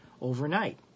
overnight